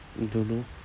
I don't know